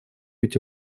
эти